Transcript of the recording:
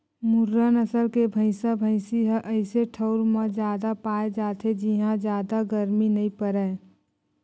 मुर्रा नसल के भइसा भइसी ह अइसे ठउर म जादा पाए जाथे जिंहा जादा गरमी नइ परय